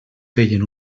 feien